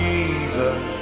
Jesus